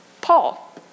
Paul